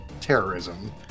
terrorism